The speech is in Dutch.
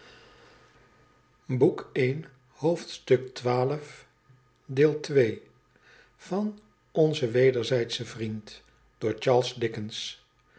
vrie onze wederzijdsche vriend door charles dickens